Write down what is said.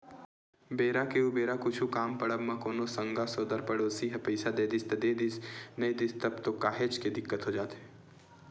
बेरा के उबेरा कुछु काम पड़ब म कोनो संगा सोदर पड़ोसी ह पइसा दे दिस त देदिस नइ दिस तब तो काहेच के दिक्कत हो जाथे